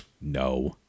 No